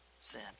sin